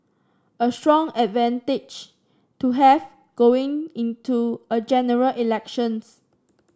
a strong advantage to have going into a General Elections